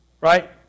Right